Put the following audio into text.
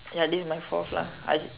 ya this is my fourth lah I